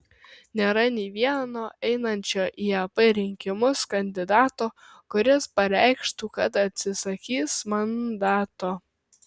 nėra nei vieno einančio į ep rinkimus kandidato kuris pareikštų kad atsisakys mandato